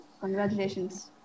congratulations